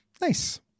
nice